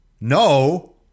No